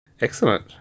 Excellent